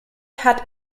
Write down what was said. hat